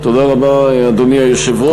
תודה רבה, אדוני היושב-ראש.